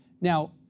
Now